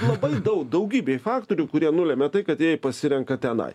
labai dau daugybė faktorių kurie nulemia tai kad jieji pasirenka tenai